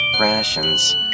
rations